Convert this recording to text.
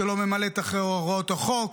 שלא ממלאת אחר הוראות החוק,